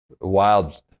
wild